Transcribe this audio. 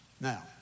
Now